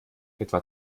etwa